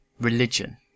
Religion